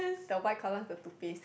the white colour the Toothpaste